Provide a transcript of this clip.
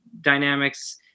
dynamics